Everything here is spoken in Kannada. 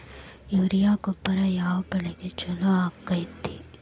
ಯೂರಿಯಾ ಗೊಬ್ಬರ ಯಾವ ಬೆಳಿಗೆ ಛಲೋ ಆಕ್ಕೆತಿ?